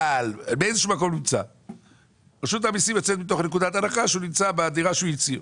רשות המיסים יוצאת מתוך נקודת הנחה שהוא נמצא בדירה שעליה הוא הצהיר.